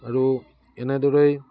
আৰু এনেদৰেই